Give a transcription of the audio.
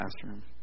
classroom